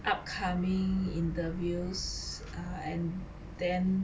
upcoming interviews uh and then